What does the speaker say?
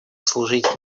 служить